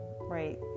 right